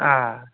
آ